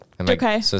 Okay